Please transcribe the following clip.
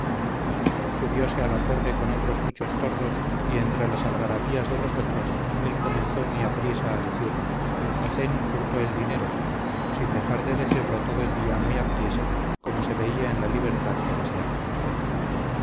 presos subióse a la torre con otros muchos tordos y entre las algarabías de los otros él comenzó muy apriesa a decir hazén hurtó el dinero sin dejar de decirlo todo el día muy apriesa como se veía en la libertad que deseaba